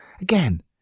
Again